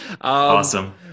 Awesome